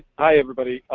hi everybody!